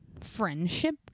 friendship